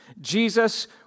Jesus